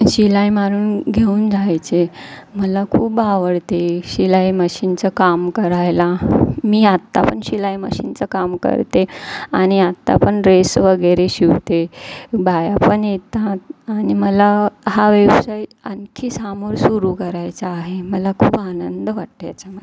शिलाई मारून घेऊन जायचे मला खूप आवडते शिलाई मशीनचं काम करायला मी आता पण शिलाई मशीनचं काम करते आणि आता पण ड्रेस वगैरे शिवते बाया पण येतात आणि मला हा व्यवसाय आणखी सामोर सुरू करायचा आहे मला खूप आनंद वाटते याच्यामध्ये